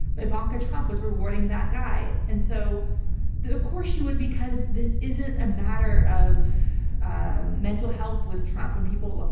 ivanka trump was rewarding that guy. and so of course you would, because this isn't a matter of and mental health with trump. when people,